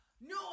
No